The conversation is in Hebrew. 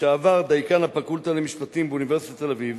לשעבר דיקן הפקולטה למשפטים באוניברסיטת תל-אביב,